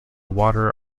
water